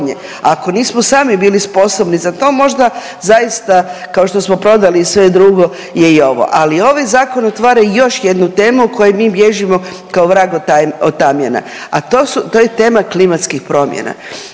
ako nismo sami bili sposobni za to možda zaista kao što smo prodali i sve drugo je i ovo, ali ovaj zakon otvara još jednu temu od koje mi bježimo kao vrag od tamjana, a to su, to je tema klimatskih promjena.